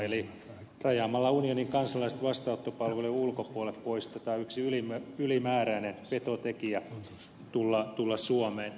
eli rajaamalla unionin kansalaiset vastaanottopalvelujen ulkopuolelle poistetaan yksi ylimääräinen vetotekijä tulla suomeen